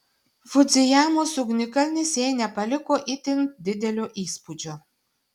fudzijamos ugnikalnis jai nepaliko itin didelio įspūdžio